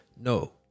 no